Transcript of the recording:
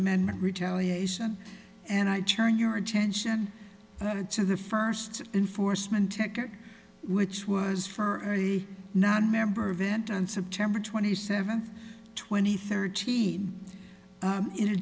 amendment retaliation and i turn your attention to the first enforcement techer which was furry nonmember event on september twenty seventh twenty thirteen in a